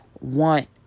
want